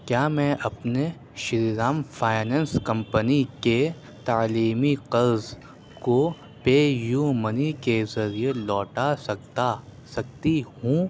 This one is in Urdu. کیا میں اپنے شری رام فائننس کمپنی کے تعلیمی قرض کو پے یو منی کے ذریعے لوٹا سکتا سکتی ہوں